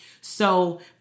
So-